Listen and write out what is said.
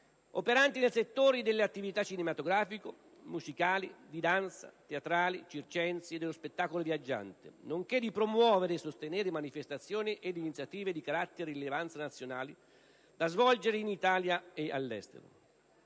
operanti nei settori delle attività cinematografiche, musicali, di danza, teatrali, circensi e dello spettacolo viaggiante, nonché di promuovere e sostenere manifestazioni ed iniziative di carattere e rilevanza nazionali da svolgere in Italia o all'estero.